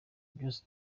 byose